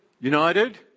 united